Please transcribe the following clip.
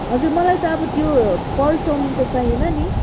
हजुर मलाई त अब त्यो पर्क चाउमिन त चाहिएन नि